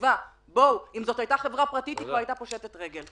החשיבה אם זאת הייתה חברה פרטית היא כבר הייתה פושטת רגל.